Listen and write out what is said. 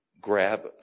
grab